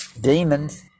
Demons